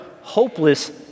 hopeless